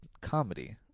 comedy